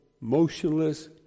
motionless